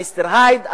מיסטר הייד,